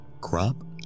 crop